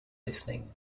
listening